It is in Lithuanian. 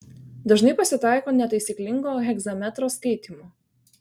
dažnai pasitaiko netaisyklingo hegzametro skaitymo